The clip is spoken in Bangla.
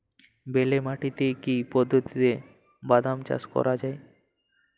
বেলে মাটিতে কি পদ্ধতিতে বাদাম চাষ করা যায়?